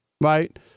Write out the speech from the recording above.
right